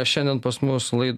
šiandien pas mus lai